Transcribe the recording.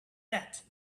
that